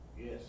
Yes